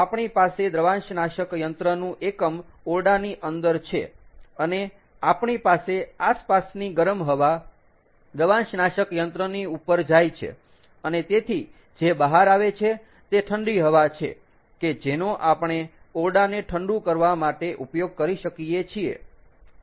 આપણી પાસે દ્રવાંશનાશક યંત્રનું એકમ ઓરડાની અંદર છે અને આપણી પાસે આસપાસની ગરમ હવા દ્રવાંશનાશક યંત્રની ઉપર જાય છે અને તેથી જે બહાર આવે છે તે ઠંડી હવા છે કે જેનો આપણે ઓરડાને ઠંડું કરવા માટે ઉપયોગ કરી શકીયે છીએ